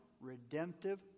redemptive